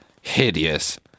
hideous